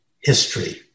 history